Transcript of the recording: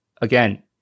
again